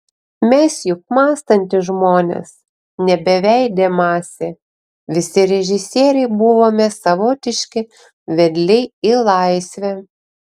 mes juk mąstantys žmonės ne beveidė masė visi režisieriai buvome savotiški vedliai į laisvę